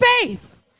faith